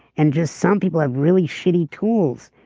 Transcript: and just some people have really shitty tools,